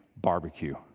barbecue